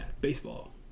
baseball